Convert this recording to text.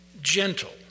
gentle